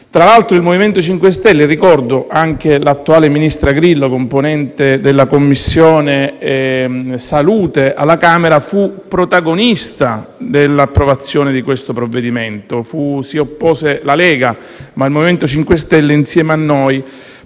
Stato. Il MoVimento 5 Stelle e - ricordo - anche l'attuale ministro Grillo, componente della Commissione salute alla Camera, furono protagonisti dell'approvazione di questo provvedimento. Si oppose la Lega, ma il MoVimento 5 stelle, insieme a noi,